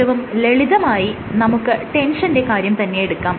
ഏറ്റവും ലളിതമായി നമുക്ക് ടെൻഷന്റെ കാര്യം തന്നെയെടുക്കാം